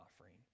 offering